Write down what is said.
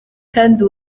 kandi